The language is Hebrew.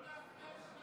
חבר הכנסת